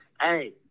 hey